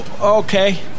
Okay